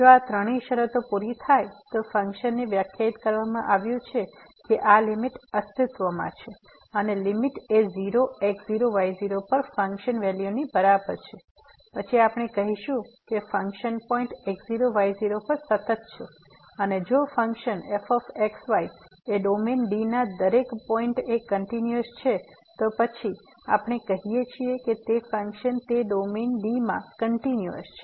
જો આ ત્રણેય શરતો પૂરી થાય તો ફંકશન ને વ્યાખ્યાયિત કરવામાં આવ્યું છે કે આ લીમીટ અસ્તિત્વમાં છે અને લીમીટ એ 0 x0 y0 પર ફંકશન વેલ્યુની બરાબર છે પછી આપણે કહીશું કે ફંકશન પોઈન્ટ x0 y0 પર સતત છે અને જો ફંક્શન f x y એ ડોમેન D ના દરેક પોઈન્ટએ કંટીન્યુઅસ છે તો પછી આપણે કહીએ છીએ કે તે ફંક્શન તે ડોમેન D માં કંટીન્યુઅસ છે